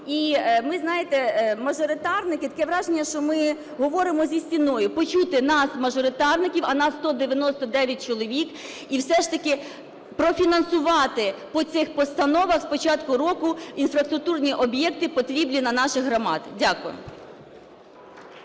І ми, знаєте, мажоритарники, таке враження, що ми говоримо зі стіною. Почути нас, мажоритарників, а нас 199 чоловік, і все ж таки профінансувати по цих постановах з початку року інфраструктурні об'єкти, потрібні для наших громад. Дякую.